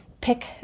pick